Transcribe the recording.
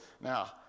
Now